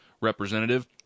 representative